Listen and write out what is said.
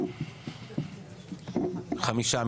חמישה.